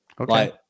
Okay